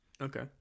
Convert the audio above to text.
Okay